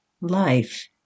life